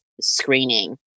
screening